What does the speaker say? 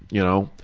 you know.